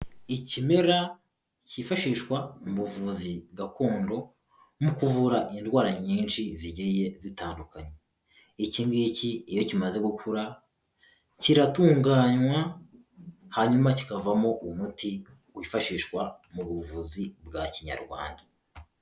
Ikimera cyifashishwa mu buvuzi gakondo mu kuvura indwara nyinshi zigiye zitandukanye. Iki ngiki iyo kimaze gukura kiratunganywa hanyuma kikavamo umuti wifashishwa mu buvuzi bwa kinyarwanda.